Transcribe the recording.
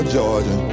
Georgia